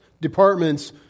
departments